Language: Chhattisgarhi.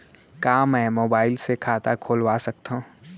का मैं मोबाइल से खाता खोलवा सकथव?